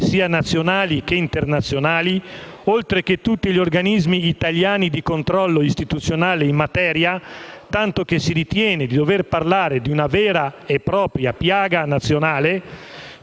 sia nazionali che internazionali, oltre che tutti gli organismi italiani di controllo istituzionale in materia (tanto che si ritiene di dover parlare di una vera e propria piaga nazionale),